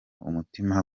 umutima